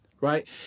right